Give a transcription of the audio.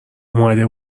اومده